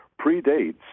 predates